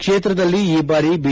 ಕ್ಷೇತ್ರದಲ್ಲಿ ಈ ಬಾರಿ ಬಿ